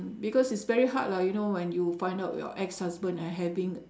because it is very hard lah you know when you find out your ex husband having